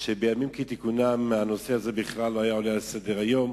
אני מניח שבימים כתיקונם הנושא הזה לא היה עולה על סדר-היום,